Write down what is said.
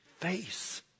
face